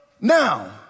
now